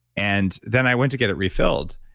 and then i went to get it refilled,